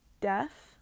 death